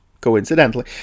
coincidentally